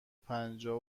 پنجاه